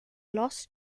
lost